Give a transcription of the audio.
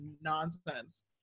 nonsense